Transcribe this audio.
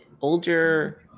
older